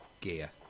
gear